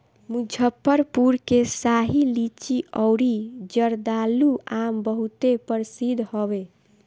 मुजफ्फरपुर के शाही लीची अउरी जर्दालू आम बहुते प्रसिद्ध हवे